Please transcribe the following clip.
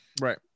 Right